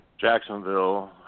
Jacksonville